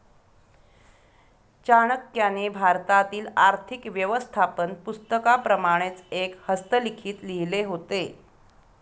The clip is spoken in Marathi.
चाणक्याने भारतातील आर्थिक व्यवस्थापन पुस्तकाप्रमाणेच एक हस्तलिखित लिहिले होते